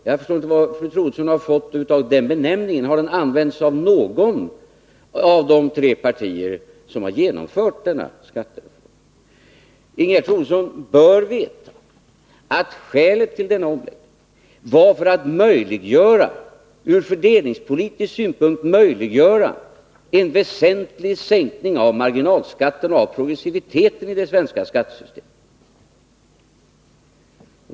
Jag förstår inte varifrån Ingegerd Troedsson har fått den benämningen. Har den använts av något av de tre partier som var med om att genomföra denna skattereform? Fru Troedsson borde veta att anledningen till omläggningen var att vi ur fördelningspolitisk synpunkt ville möjliggöra en väsentlig sänkning när det gäller marginalskatten och progressiviteten i det svenska skattesystemet.